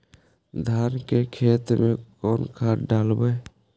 धान के खेत में कौन खाद डालबै?